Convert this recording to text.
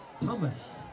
Thomas